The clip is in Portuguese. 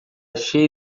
cheia